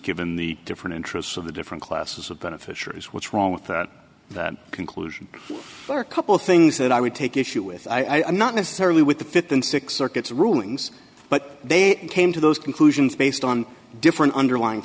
given the different interests of the different classes of beneficiaries what's wrong with that that conclusion or a couple of things that i would take issue with i'm not necessarily with the th and six circuits rulings but they came to those conclusions based on different underlying